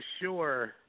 sure